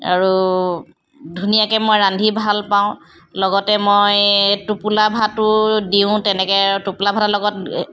আৰু ধুনীয়াকৈ মই ৰান্ধি ভাল পাওঁ লগতে মই টোপোলা ভাতো দিওঁ তেনেকৈ টোপোলা ভাতৰ লগত